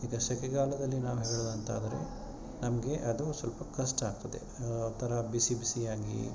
ಈಗ ಸೆಕೆಗಾಲದಲ್ಲಿ ನಾವು ಹೇಳೋದಂತಾದ್ರೆ ನಮಗೆ ಅದು ಸ್ವಲ್ಪ ಕಷ್ಟ ಆಗ್ತದೆ ಒಂಥರ ಬಿಸಿ ಬಿಸಿ ಆಗಿ